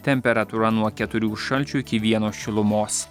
temperatūra nuo keturių šalčio iki vieno šilumos